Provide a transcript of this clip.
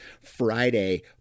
Friday